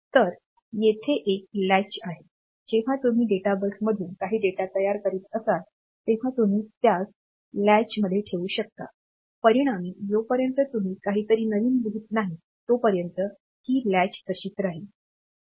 तर येथे एक कुंडी आहे जेव्हा तुम्ही डेटा बसमधून काही डेटा तयार करीत असाल तेव्हा तुम्ही त्यास कुंडीमध्ये ठेवू शकता परिणामी जोपर्यंत तुम्ही काहीतरी नवीन लिहित नाहीत तोपर्यंत ही कुंडी तशीच राहिल